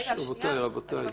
רגע, אני ממשיכה.